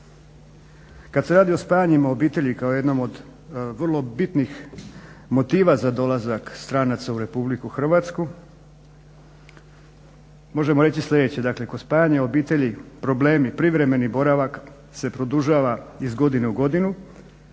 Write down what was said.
Kada se radi o spajanjima obitelji kao jednom od vrlo bitnih motiva za dolazak stranaca u RH možemo reći sljedeće, dakle kod spajanja obitelji problemi privremeni boravak se produžava iz godine u godinu,